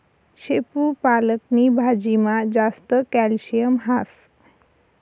शेपू पालक नी भाजीमा जास्त कॅल्शियम हास